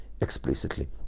explicitly